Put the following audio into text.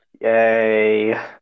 Yay